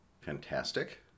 Fantastic